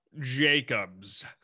Jacobs